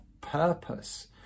purpose